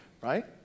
right